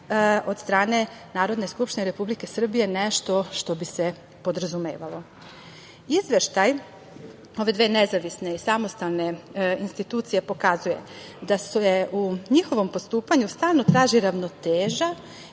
od strane Narodne skupštine Republike Srbije je nešto što bi se podrazumevalo. Izveštaj ove dve nezavisne i samostalne institucije pokazuje da se u njihovom postupanju stalno traži ravnoteža